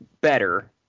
better